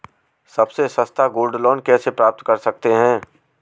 सबसे सस्ता gold loan कैसे प्राप्त कर सकते हैं?